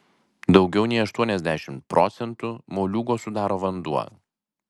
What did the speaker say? daugiau nei aštuoniasdešimt procentų moliūgo sudaro vanduo